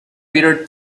bitter